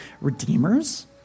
redeemers